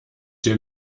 dir